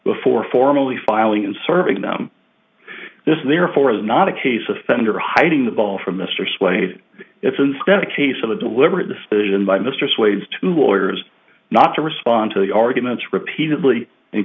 before formally filing and serving them this therefore is not a case of fender hiding the ball from mr slade it's instead a case of a deliberate decision by mr swades to lawyers not to respond to the arguments repeatedly and